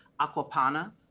Aquapana